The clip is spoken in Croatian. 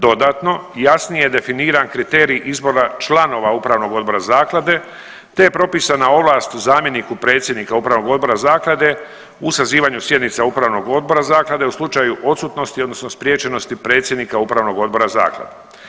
Dodatno jasnije je definiran kriterij izbora članova upravnog odbora zaklade te je propisana ovlast zamjeniku predsjednika upravnog odbora zaklade u sazivanju sjednica upravnog odbora zaklade u slučaju odsutnosti odnosno spriječenosti predsjednika upravnog odbora zaklade.